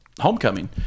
Homecoming